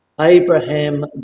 Abraham